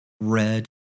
red